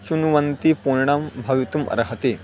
शृण्वन्ति पूर्णं भवितुम् अर्हति